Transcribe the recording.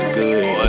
good